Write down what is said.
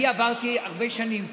אני עברתי הרבה שנים כאן.